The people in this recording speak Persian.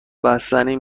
بستنی